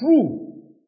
true